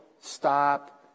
stop